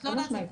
חד משמעית.